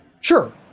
Sure